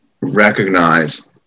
recognize